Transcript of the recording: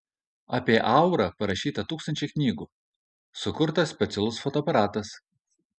apie aurą parašyta tūkstančiai knygų sukurtas specialus fotoaparatas